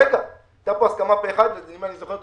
והייתה כאן הסכמה פה אחד ואם אני זוכר,